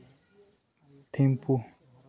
Thimphu